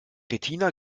retina